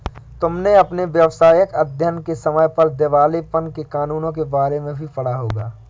तुमने अपने व्यावसायिक अध्ययन के समय पर दिवालेपन के कानूनों के बारे में भी पढ़ा होगा